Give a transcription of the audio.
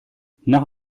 nach